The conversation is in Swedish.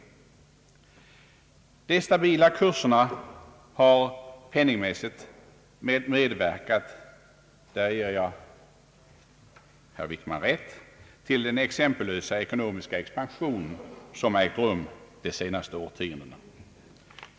Jag ger statsrådet Wickman rätt i att de stabila kurserna penningmässigt medverkat till den exempellösa ekonomiska expansion som ägt rum de senaste årtiondena.